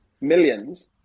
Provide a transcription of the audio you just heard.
millions